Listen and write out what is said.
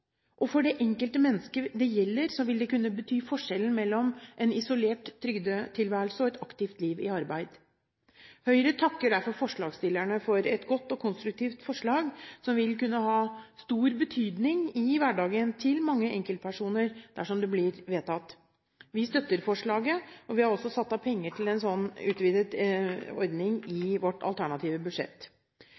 og for det enkelte mennesket det gjelder, vil det kunne bety forskjellen mellom en isolert trygdetilværelse og et aktivt liv i arbeid. Høyre takker derfor forslagsstillerne for et godt og konstruktivt forslag, som vil kunne ha stor betydning i hverdagen til mange enkeltpersoner dersom det blir vedtatt. Vi støtter forslaget, og vi har også satt av penger til en sånn utvidet ordning i vårt alternative budsjett.